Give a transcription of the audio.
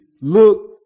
look